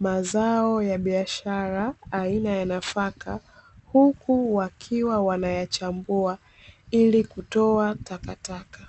mazao ya biashara aina ya nafaka, huku wakiwa wanayachambua ili kutoa takataka.